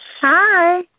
Hi